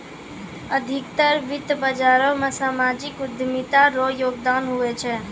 अधिकतर वित्त बाजारो मे सामाजिक उद्यमिता रो योगदान हुवै छै